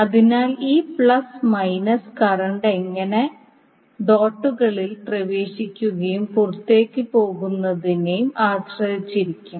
അതിനാൽ ഈ plus minus current എങ്ങനെ ഡോട്ടുകളിൽ പ്രവേശിക്കുകയും പുറത്തേക്ക് പോകുന്നതിനെയും ആശ്രയിച്ചിരിക്കും